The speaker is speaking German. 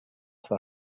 zwar